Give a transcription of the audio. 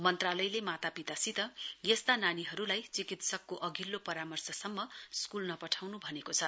मन्त्रालयले मातापितासित यस्ता नानीहरूलाई चिकित्सकको अधिल्लो परामर्शसम्म स्कूल नपठाउनु भनेको छ